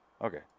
okay